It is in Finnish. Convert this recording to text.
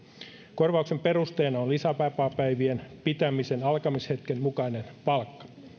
korvauksen perusteena on lisävapaapäivien pitämisen alkamishetken mukainen palkka